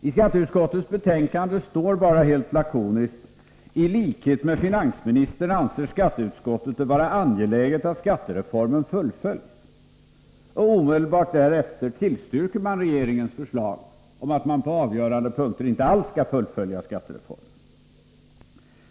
I skatteutskottets betänkande står bara helt lakoniskt: ”I likhet med finansministern anser skatteutskottet det vara angeläget att skattereformen fullföljs.” Omedelbart därefter tillstyrker man regeringens förslag om att skattereformen på avgörande punkter inte alls skall fullföljas.